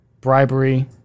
bribery